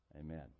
Amen